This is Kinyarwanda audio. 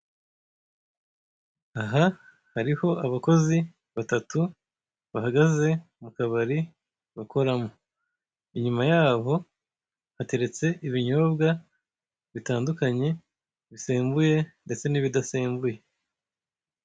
Aha hariho abakozi batatu bahagaze mu kabari bakoramo. Inyuma yabo hateretse ibinyobwa bitandukanye, bisembuye ndetse n'ibidasembuye.